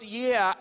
year